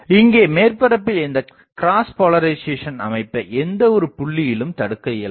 இங்கே மேற்பரப்பில் இந்தக் கிராஸ்போலரிசேசன் அமைப்பை எந்த ஒரு புள்ளியிலும் தடுக்க இயலாது